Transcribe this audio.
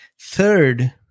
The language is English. Third